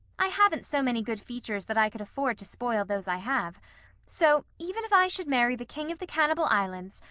i haven't so many good features that i could afford to spoil those i have so even if i should marry the king of the cannibal islands,